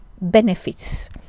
benefits